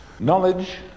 Knowledge